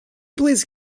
please